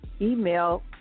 email